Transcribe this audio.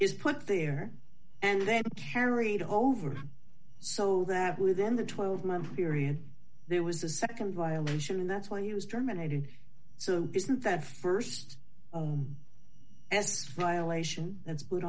is put there and then carried over so that within the twelve month period there was a nd violation and that's why he was terminated so isn't that st violation that's put